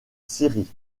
syrie